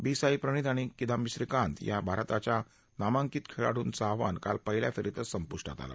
बी साई प्रणीथ आणि किदांबी श्रीकांत या भारताच्या नामांकित खेळाडूंचं आव्हान काल पहिल्या फेरीतच संपूष्टात आलं